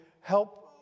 help